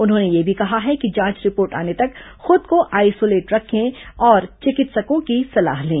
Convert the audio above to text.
उन्होंने यह भी कहा है कि जांच रिपोर्ट आने तक खुद को आइसोलेट रखें और चिकित्सकों की सलाह लें